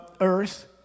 earth